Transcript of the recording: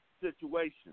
situation